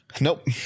Nope